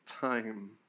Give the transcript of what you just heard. time